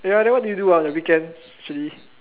eh then what do you do ah the weekends actually